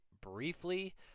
briefly